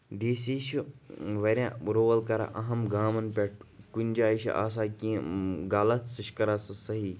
D C چھُ واریاہ role کران اَہم گامَن پٮ۪ٹھ کُنہِ جایہِ چھُ آسان کیٚنہہ غلط سُہ چھُ کران سُہ صحیح